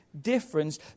difference